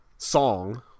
song